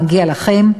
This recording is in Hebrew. מגיע לכם".